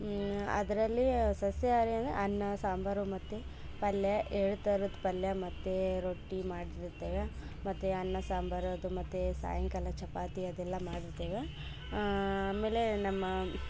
ಅದರಲ್ಲಿ ಸಸ್ಯಹಾರಿ ಅಂದರೆ ಅನ್ನ ಸಾಂಬರು ಮತ್ತು ಪಲ್ಯ ಎರಡು ಥರದ ಪಲ್ಯ ಮತ್ತು ರೊಟ್ಟಿ ಮಾಡಿರುತ್ತೇವೆ ಮತ್ತು ಅನ್ನ ಸಾಂಬರು ಅದು ಮತ್ತು ಸಾಯಂಕಾಲ ಚಪಾತಿ ಅದೆಲ್ಲ ಮಾಡಿಡ್ತೇವೆ ಆಮೆಲೇ ನಮ್ಮ